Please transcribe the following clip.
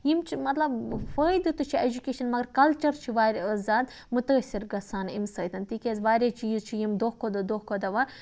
یِم چھِ مَطلَب فٲیدٕ تہِ چھُ ایٚجُکیشَن مَگَر کَلچَر چھُ واریاہ زیادٕ مُتٲثِر گَژھان امہِ سۭتۍ تِکیازِ واریاہ چیٖز چھِ یِم دۄہ کھۄتہٕ دۄہ دۄہ کھۄتہٕ دۄہ وۄنۍ